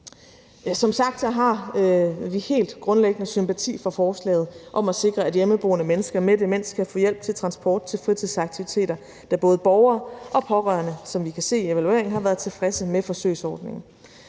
Som sagt har vi helt grundlæggende sympati for forslaget om at sikre, at hjemmeboende mennesker med demens kan få hjælp til transport til fritidsaktiviteter, da både disse borgere og pårørende, som vi kan se i evalueringen, har været tilfredse med forsøgsordningen.